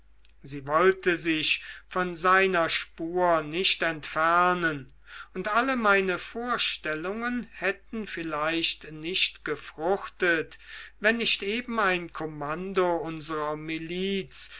sie wollte sich von seiner spur nicht entfernen und alle meine vorstellungen hätten vielleicht nicht gefruchtet wenn nicht eben ein kommando unserer miliz